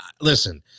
listen